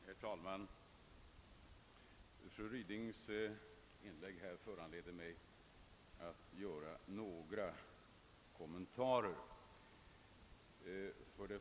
Herr talman! Fru Rydings inlägg föranleder mig att göra några kommentarer.